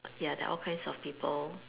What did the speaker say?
ya there all kinds of people